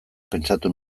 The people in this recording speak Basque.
pentsatu